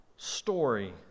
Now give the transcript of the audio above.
Story